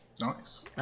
Nice